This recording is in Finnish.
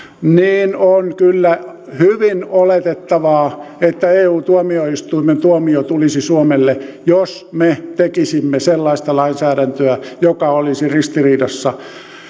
niin on kyllä hyvin oletettavaa että eu tuomioistuimen tuomio tulisi suomelle jos me tekisimme sellaista lainsäädäntöä joka olisi ristiriidassa